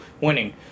winning